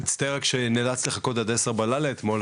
אסתר מצטער שנאלצת לחכות עד עשר בלילה אתמול,